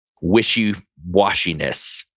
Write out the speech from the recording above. wishy-washiness